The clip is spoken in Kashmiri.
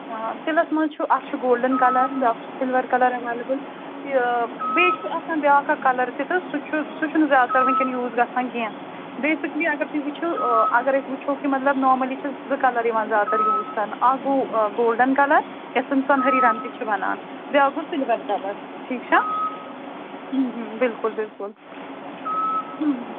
آ تِلَس منٛز چھُ اَکھ چھُ گولڈَن کَلَر بیٛاکھ چھُ سِلوَر کَلَر ایٚویلیبُل یہِ بیٚیہِ چھُ آسان بیٛاکھ اَکھ کَلَر تہِ تہٕ سُہ چھُ سُہ چھُنہٕ زیادٕ تَر وُنکٮ۪ن یوٗز گژھان کیٚنٛہہ بیسِکلی اگر تُہۍ وُچھِو آ اگر أسۍ وُچھو کہِ مطلب نارمٔلی چھِ زٕ کَلَر یِوان زیادٕ تر یوٗز کَرنہٕ اَکھ گوٚو گولڈَن کَلَر یَتھ زَن سۄنہری رنٛگ تہِ چھِ وَنان بیٛاکھ گوٚو سِلوَر کَلَر ٹھیٖک چھا بِلکُل بِلکُل